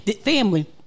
family